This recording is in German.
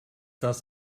das